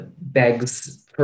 begs